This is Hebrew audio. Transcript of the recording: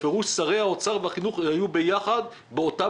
בפירוש שרי האוצר והחינוך היו ביחד באותה